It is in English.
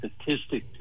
statistic